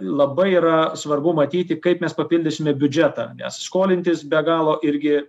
labai yra svarbu matyti kaip mes papildysime biudžetą nes skolintis be galo irgi